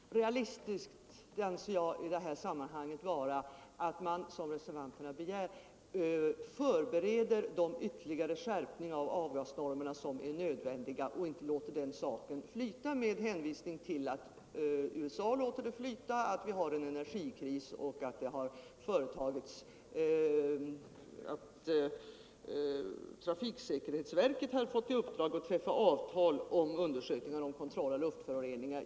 Herr talman! Realistiskt anser jag i detta sammanhang vara att, som reservanterna begär, förbereda den ytterligare skärpning av avgasnormerna som är nödvändig och inte låta den saken flyta med hänvisning till att USA låter den flyta, att vi har en energikris och att trafiksäkerhetsverket fått i uppdrag att träffa avtal om undersökning rörande kontroll av luftföroreningar.